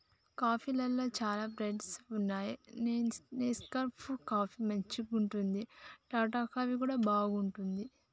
కాఫీలల్ల చాల బ్రాండ్స్ వున్నాయి నెస్కేఫ్ కాఫీ మంచిగుంటది, టాటా కాఫీ కూడా బాగుంటది